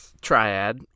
triad